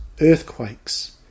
earthquakes